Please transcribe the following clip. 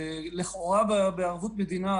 לכאורה בערבות מדינה,